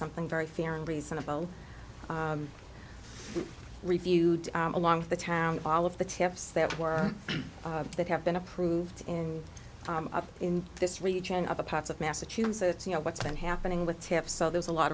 something very fair and reasonable reviewed along the town all of the tips that were that have been approved in up in this region of the parts of massachusetts you know what's been happening with tips so there's a lot